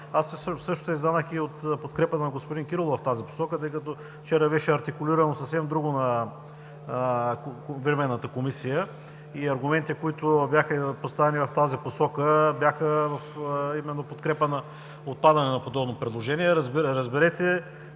Аз също се изненадах от подкрепата на господин Кирилов в тази посока, тъй като вчера беше артикулирано съвсем друго във Временната комисия и аргументите, които бяха поставени в тази посока, бяха именно в подкрепа на отпадане на подобно предложение.